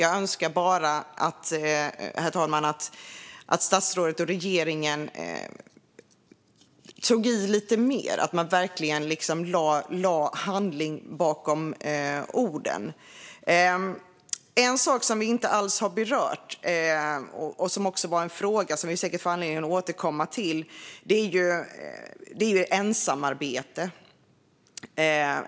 Jag önskar bara, herr talman, att statsrådet och regeringen tog i lite mer och verkligen lade handling bakom orden. En sak som vi inte alls har berört, som också är en fråga som vi säkert får anledning att återkomma till, är ensamarbete.